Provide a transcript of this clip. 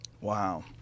Wow